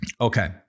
okay